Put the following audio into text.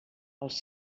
els